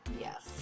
Yes